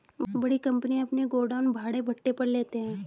बड़ी कंपनियां अपने गोडाउन भाड़े पट्टे पर लेते हैं